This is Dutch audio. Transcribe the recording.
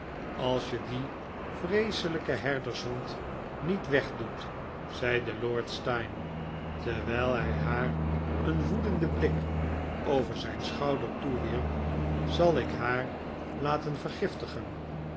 als je die vreeselijke herdershond niet weg doet zeide lord steyne terwijl hij haar een woedenden blik over zijn schouder toewierp zal ik haar laten vergiftigen